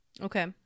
Okay